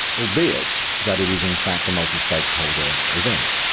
albeit that it is in fact a multi-stakeholder event.